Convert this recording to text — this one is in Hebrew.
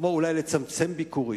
כמו, אולי, לצמצם ביקורים?